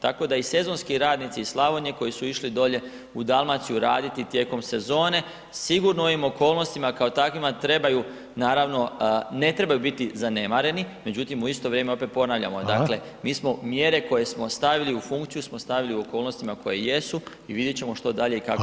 Tako da i sezonski radnici iz Slavonije koji su išli dolje u Dalmaciju raditi tijekom sezone sigurno u ovim okolnostima kao takvima trebaju naravno, ne trebaju biti zanemareni, međutim, u isto vrijeme opet ponavljamo, dakle mi smo mjere koje smo stavili u funkciju smo stavili u okolnostima koje jesu i vidjet ćemo što dalje i kako i na koji način ih korigirati.